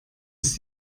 ist